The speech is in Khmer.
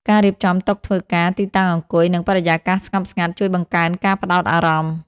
ការរៀបចំតុធ្វើការ ទីតាំងអង្គុយ និងបរិយាកាសស្ងប់ស្ងាត់ ជួយបង្កើនការផ្តោតអារម្មណ៍។